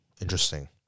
Interesting